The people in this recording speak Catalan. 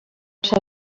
ser